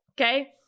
Okay